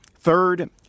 Third